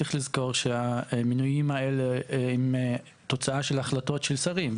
צריך לזכור שהמנויים האלה הם תוצאה של החלטות של שרים.